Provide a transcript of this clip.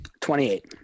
28